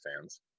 fans